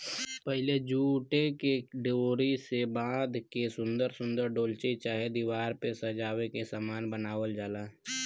पहिले जूटे के डोरी से बाँध के सुन्दर सुन्दर डोलची चाहे दिवार पे सजाए के सामान बनावल जाला